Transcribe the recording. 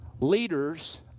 Leaders